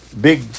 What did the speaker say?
big